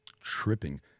tripping